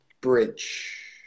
bridge